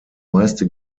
meiste